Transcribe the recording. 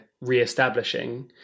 re-establishing